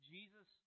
Jesus